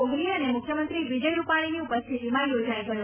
કોહલી અને મુખ્યમંત્રી વિજય રૂપાણીની ઉપસ્થિતિમાં યોજાઈ ગયો